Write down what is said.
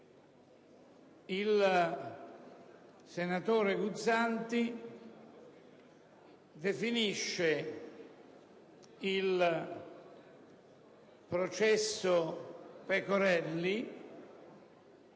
il senatore Guzzanti definisce il processo Pecorelli,